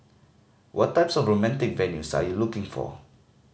what types of romantic venues are you looking for